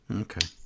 Okay